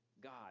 God